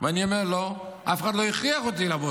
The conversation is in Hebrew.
אני אומר: לא, אף אחד לא הכריח אותי לעבוד.